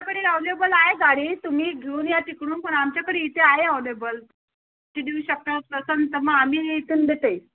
आमच्याकडे अव्हेलेबल आहे गाडी तुम्ही घेऊन या तिकडून पण आमच्याकडे इथे आहे अवलेबल ती देऊ शकता तर मग आम्ही इथून देते